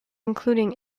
including